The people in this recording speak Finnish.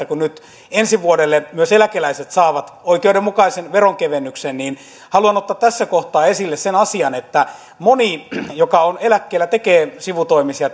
kun nyt ensi vuodelle myös eläkeläiset saavat oikeudenmukaisen veronkevennyksen haluan ottaa tässä kohtaa esille sen asian että moni joka on eläkkeellä tekee sivutoimisia